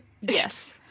Yes